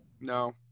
No